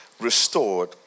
Restored